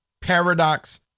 paradox